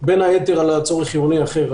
בין היתר על צורך חיוני אחר.